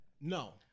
No